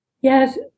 Yes